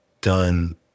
done